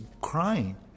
crying